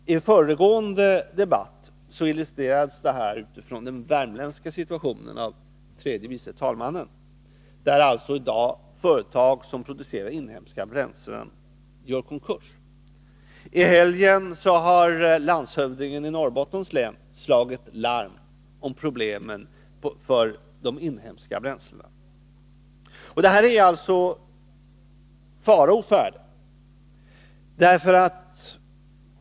I föregående debatt illustrerades detta av tredje vice talmannen utifrån den värmländska situationen, där företag som producerar inhemska bränslen i dag gör konkurs. I helgen har landshövdingen i Norrbottens län slagit larm om problemen för de inhemska bränslena. Det är alltså fara å färde.